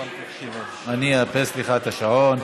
אני אאפס לך את השעון.